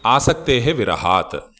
आसक्तेः विरहात्